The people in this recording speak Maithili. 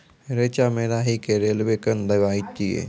रेचा मे राही के रेलवे कन दवाई दीय?